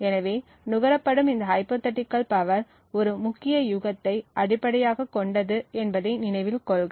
எனவே நுகரப்படும் இந்த ஹைப்போதீட்டிகள் பவர் ஒரு முக்கிய யூகத்தை அடிப்படையாகக் கொண்டது என்பதை நினைவில் கொள்க